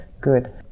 good